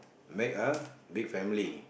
make a big family